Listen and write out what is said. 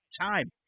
time